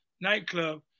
nightclub